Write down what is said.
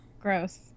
Gross